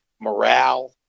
morale